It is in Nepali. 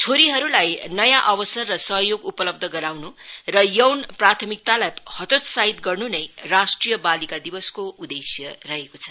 छोरीहरूलाई नयाँ अवसर र सहयोग उपलब्ध गराउनु र यौन प्राथमिकतालाई हतोत्साहित गर्नु नै राष्ट्रिय बालिका दिवसको उद्देश्य रहेको छ